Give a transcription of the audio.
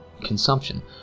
consumption